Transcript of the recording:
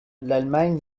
l’allemagne